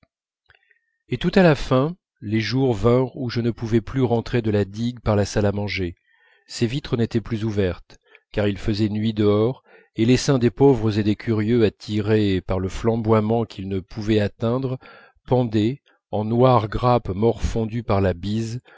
et tout à la fin les jours vinrent où je ne pouvais plus rentrer de la digue par la salle à manger ses vitres n'étaient plus ouvertes car il faisait nuit dehors et l'essaim des pauvres et des curieux attirés par le flamboiement qu'ils ne pouvaient atteindre pendait en noires grappes morfondues par la bise